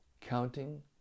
Counting